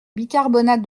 bicarbonate